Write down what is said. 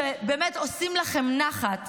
שבאמת עושים לכם נחת,